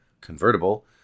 convertible